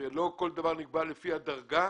ולא כל דבר נקבע לפי הדרגה,